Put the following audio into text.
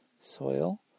soil